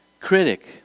critic